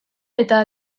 eta